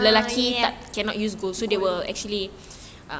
ah ya gold